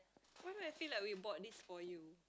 why do I feel like we bought this for you